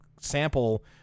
sample